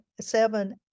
seven